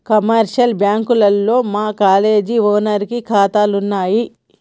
commercial బ్యాంకుల్లో మా college ఓనర్లకి కాతాలున్నయి